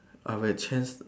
I will change